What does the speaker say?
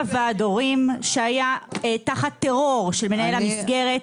היה ועד הורים שהיה תחת טרור של מנהל המסגרת.